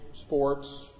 sports